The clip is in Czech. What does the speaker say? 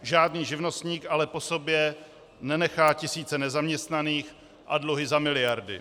Žádný živnostník ale po sobě nenechá tisíce nezaměstnaných a dluhy za miliardy.